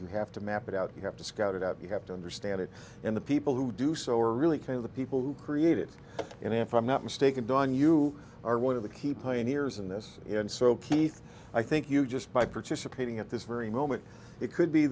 you have to map it out you have to scout it out you have to understand it in the people who do so are really kind of the people who created in and from that mistake of doing you are one of the key pioneers in this in so pete i think you just by participating at this very moment it could be